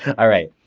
all right.